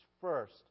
First